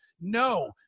No